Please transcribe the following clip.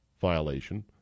violation